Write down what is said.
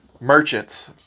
merchants